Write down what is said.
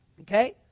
Okay